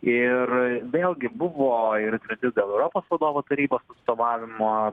ir vėlgi buvo ir trintis dėl europos vadovų tarybos atstovavimo